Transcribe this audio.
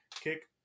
kick